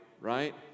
right